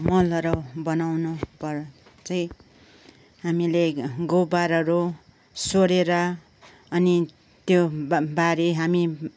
मलहरू बनाउनु पर चाहिँ हामीले गोबरहरू सोरेर अनि त्यो बा बारी हामी